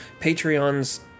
patreon's